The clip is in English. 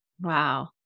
Wow